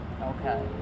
Okay